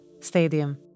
stadium